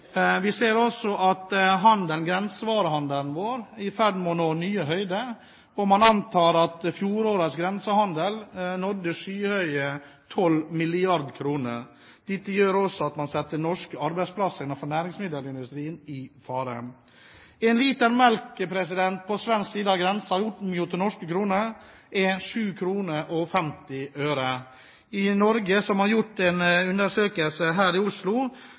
Vi ser også at grensevarehandelen vår er i ferd med å nå nye høyder. Man antar at fjorårets grensehandel nådde skyhøye 12 mrd. kr. Dette gjør også at man setter norske arbeidsplasser innenfor næringsmiddelindustrien i fare. En liter melk på svensk side av grensen koster omgjort til norske kroner 7,50 kr. En undersøkelse som er gjort her i Oslo,